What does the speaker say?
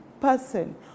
person